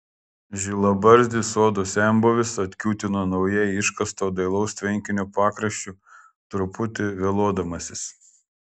žilabarzdis sodo senbuvis atkiūtino naujai iškasto dailaus tvenkinio pakraščiu truputį vėluodamasis